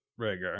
Rhaegar